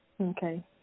Okay